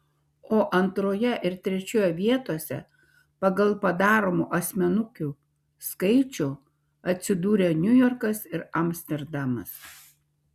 o antroje ir trečioje vietose pagal padaromų asmenukių skaičių atsidūrė niujorkas ir amsterdamas